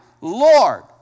Lord